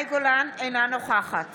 נוכחת